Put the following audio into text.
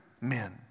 men